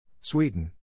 Sweden